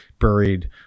buried